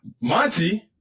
Monty